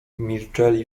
milczeli